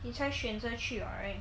你才选择去 [what]